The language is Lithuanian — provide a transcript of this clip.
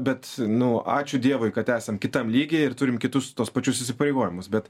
bet nu ačiū dievui kad esam kitam lygyje ir turime kitus tuos pačius įsipareigojimus bet